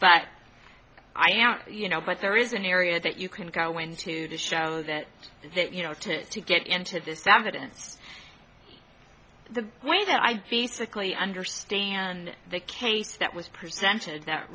but i am you know but there is an area that you can go into to show that that you know to get into this evidence the way that i basically understand the case that was presented that